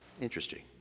Interesting